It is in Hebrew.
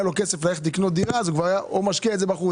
לו כסף לחסוך דירה היה משקיע את זה בחוץ.